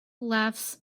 laughs